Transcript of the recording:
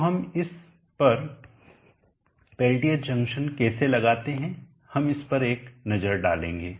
तो हम इस पर पेल्टियर जंक्शन कैसे लगाते हैं हम इस पर एक नज़र डालेंगे